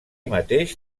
mateix